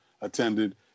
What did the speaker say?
attended